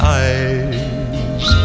eyes